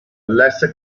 lesser